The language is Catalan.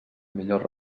millor